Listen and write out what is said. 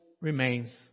remains